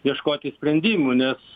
ieškoti sprendimų nes